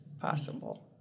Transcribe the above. possible